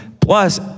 plus